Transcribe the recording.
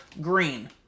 Green